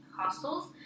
hostels